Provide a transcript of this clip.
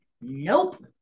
Nope